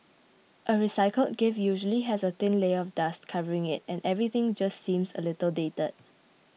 a recycled gift usually has a thin layer of dust covering it and everything just seems a little dated